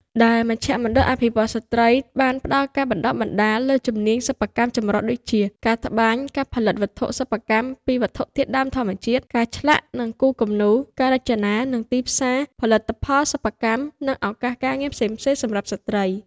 ដែល មជ្ឈមណ្ឌលអភិវឌ្ឍន៍ស្ត្រី បានផ្តល់ការបណ្តុះបណ្តាលលើជំនាញសិប្បកម្មចម្រុះដូចជា ការត្បាញ ការផលិតវត្ថុសិប្បកម្មពីវត្ថុធាតុដើមធម្មជាតិ ការឆ្លាក់ និងគូរគំនូរ ការរចនា និងទីផ្សារផលិតផលសិប្បកម្ម និងឱកាសការងារផ្សេងៗសម្រាប់ស្រ្តី។